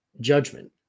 judgment